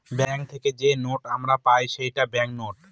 bank থেকে যে note আমরা পাই সেটা ব্যাঙ্ক নোট